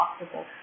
possible